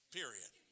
period